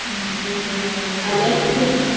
मागीर अलेक्सीस